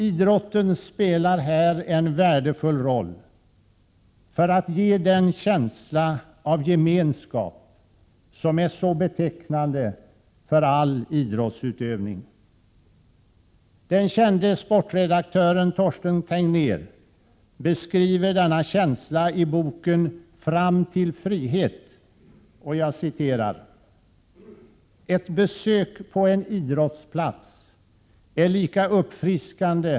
Idrotten spelar här en värdefull roll för att ge den känsla av gemenskap som är så betecknande för all idrottsutövning. Den kände sportredaktören Torsten Tegnér beskriver denna känsla i boken Fram till Frihet, och jag citerar: ”Ett besök på en idrottsplats är lika uppfriskande Prot.